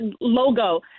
logo